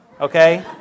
okay